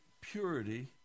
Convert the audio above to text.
purity